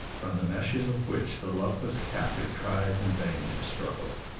from the meshes of which the luckless captive tries in vain to struggle.